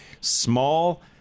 small